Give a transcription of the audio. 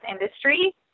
industry